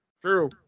True